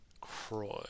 Croy